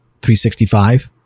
365